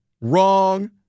Wrong